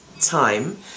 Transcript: time